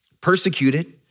persecuted